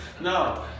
No